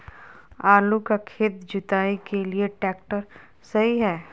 आलू का खेत जुताई के लिए ट्रैक्टर सही है?